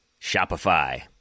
Shopify